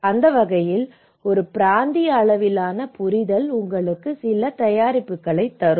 அந்த வகையில் ஒரு பிராந்திய அளவிலான புரிதல் உங்களுக்கு சில தயாரிப்புகளைத் தரும்